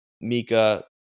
Mika